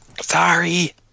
Sorry